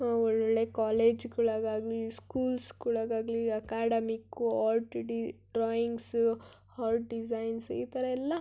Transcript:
ಒಳ್ಳೊಳ್ಳೆಯ ಕಾಲೇಜಗಳಿಗಾಗ್ಲಿ ಸ್ಕೂಲ್ಸ್ಗಳಿಗಾಗ್ಲಿ ಅಕಾಡಮಿಕ್ಕು ಡ್ರಾಯಿಂಗ್ಸು ಹಾರ್ಟ್ ಡಿಸೈನ್ಸ್ ಈ ಥರ ಎಲ್ಲ